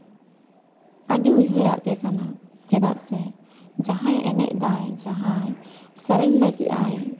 ᱩᱭᱦᱟᱹᱨᱟᱜ ᱜᱮ ᱠᱟᱱᱟ ᱪᱮᱫᱟᱜ ᱥᱮ ᱡᱟᱦᱟᱸᱭ ᱮᱱᱮᱡ ᱫᱟᱭ ᱡᱟᱦᱟᱸᱭ ᱥᱮᱨᱮᱧ ᱞᱟᱹᱜᱤᱫ ᱟᱭ